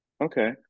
okay